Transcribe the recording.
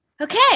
okay